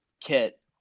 kit